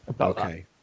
Okay